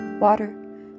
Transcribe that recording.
Water